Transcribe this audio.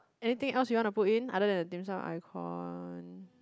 anything else you want to put in other than the dimsum icon